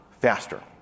faster